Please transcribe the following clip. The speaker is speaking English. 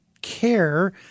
care